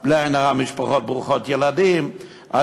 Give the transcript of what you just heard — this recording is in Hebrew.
אינה מכירה בזכות מדינת ישראל להגן על